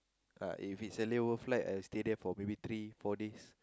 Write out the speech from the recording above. uh if it's a lay over flight I stay there for maybe three four days